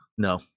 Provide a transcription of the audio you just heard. No